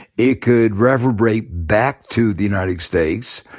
it could reverberate back to the united states.